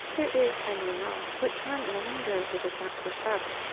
there is i know not what charm in a window that does not push up,